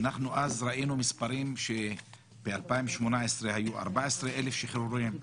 אנחנו אז ראינו מספרים שב-2018 היו 14,000 שחרורים,